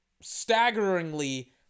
staggeringly